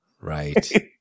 Right